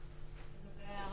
להוסיף?